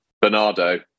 Bernardo